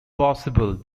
possible